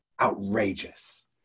Outrageous